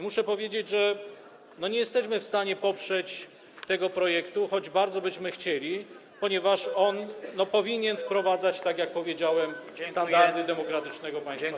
Muszę powiedzieć, że nie jesteśmy w stanie poprzeć tego projektu, choć bardzo byśmy chcieli, ponieważ on powinien wprowadzać, tak jak powiedziałem, standardy demokratycznego państwa prawnego.